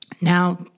Now